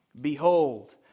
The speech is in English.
Behold